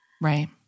right